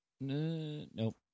Nope